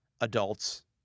adults